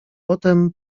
potem